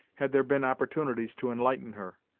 had there been opportunities to enlighten her,